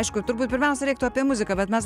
aišku turbūt pirmiausia reiktų apie muziką bet mes